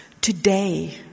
Today